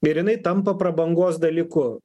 ir jinai tampa prabangos dalyku